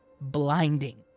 blinding